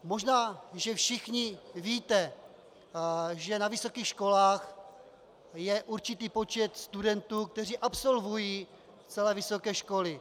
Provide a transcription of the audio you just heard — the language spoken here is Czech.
Možná, že všichni víte, že na vysokých školách je určitý počet studentů, kteří absolvují celé vysoké školy.